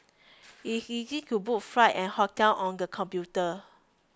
it is easy to book flights and hotels on the computer